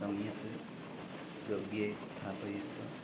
सम्यक् गव्यं स्थापयित्वा